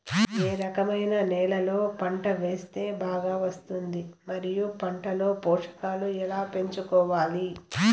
ఏ రకమైన నేలలో పంట వేస్తే బాగా వస్తుంది? మరియు పంట లో పోషకాలు ఎలా పెంచుకోవాలి?